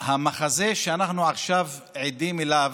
המחזה שאנחנו עכשיו עדים לו,